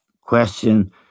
question